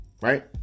Right